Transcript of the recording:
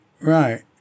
right